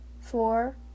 Four